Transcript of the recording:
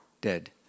dead